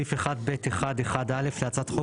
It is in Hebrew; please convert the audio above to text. סעיף 1(ב1)(1)(א) להצעת החוק,